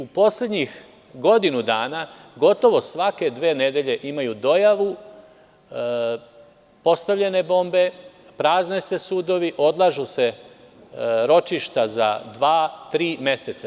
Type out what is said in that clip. U poslednjih godinu dana, gotovo svake dve nedelje imaju dojavu postavljene bombe, prazne se sudovi, odlažu se ročišta za dva, tri meseca.